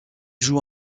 joue